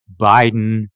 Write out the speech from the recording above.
Biden